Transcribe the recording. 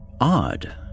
Odd